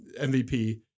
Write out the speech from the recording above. MVP